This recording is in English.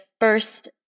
first